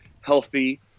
healthy